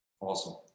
Awesome